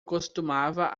costumava